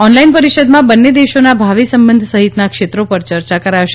online પરિષદમાં બંને દેશોના ભાવિ સંબંધ સહિતના ક્ષેત્રો પર ચર્ચા કરાશે